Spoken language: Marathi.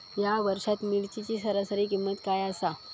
या वर्षात मिरचीची सरासरी किंमत काय आसा?